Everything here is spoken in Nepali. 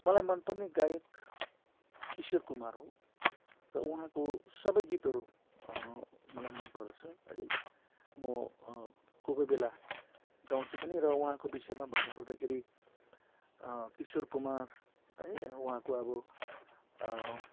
मलाई मनपर्ने गायक किशोर कुमार हो र उहाँको सबै गीतहरू मलाई मनपर्दछ है म कोही कोही बेला गाउँछु पनि र उहाँको विषयमा भन्नुपर्दाखेरि किशोर कुमार है उहाँको अब